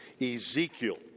Ezekiel